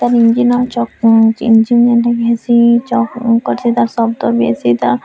ତାର୍ ଇଞ୍ଜିନର ଆଉ ଚକ୍ ଉଁ ଇଞ୍ଜିନ ଯେଉଁଟାକି ସି ଚକ୍ କର୍ସି ତାର୍ ଶବ୍ଦ ବି ଅଛି ତା'